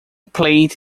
played